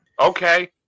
Okay